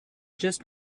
just